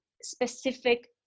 specific